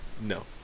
no